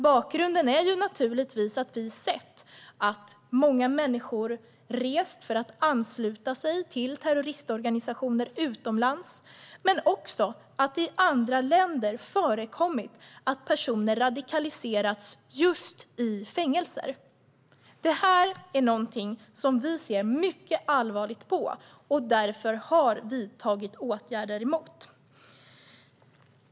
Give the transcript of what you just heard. Bakgrunden är naturligtvis att vi sett att många människor rest för att ansluta sig till terroristorganisationer utomlands men också att det i andra länder förekommit att personer radikaliserats just i fängelser. Detta är något som vi ser mycket allvarligt på och därför har vidtagit åtgärder mot.